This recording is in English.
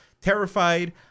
terrified